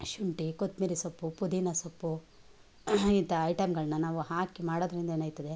ಶುಂಠಿ ಕೊತ್ಮಿರಿ ಸೊಪ್ಪು ಪುದೀನ ಸೊಪ್ಪು ಇಂತಹ ಐಟಮ್ಗಳನ್ನ ನಾವು ಹಾಕಿ ಮಾಡೋದರಿಂದ ಏನಾಯ್ತದೆ